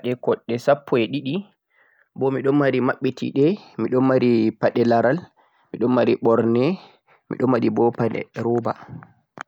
Midon mari paɗe koɗɗe sappo'e ɗiɗi, wodi maɓɓetiɗe, wodi laralje, wodi ɓorne be robaje.